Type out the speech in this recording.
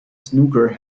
snooker